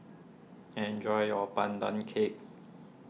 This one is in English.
enjoy your Pandan Cake